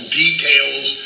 details